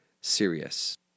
serious